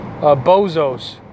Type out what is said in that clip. bozos